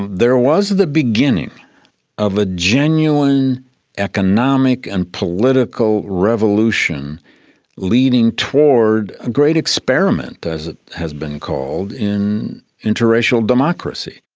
there was the beginning of a genuine economic and political revolution leading toward a great experiment, as it has been called, in interracial democracy.